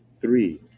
Three